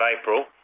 April